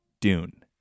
Dune